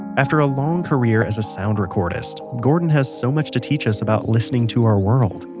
after a long career as a sound recordist, gordon has so much to teach us about listening to our world.